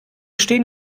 stehen